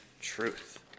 truth